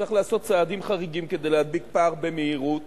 צריך לעשות צעדים חריגים, כדי להדביק פער במהירות